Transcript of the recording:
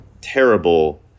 terrible